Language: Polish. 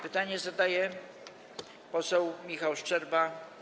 Pytanie zadaje poseł Michał Szczerba.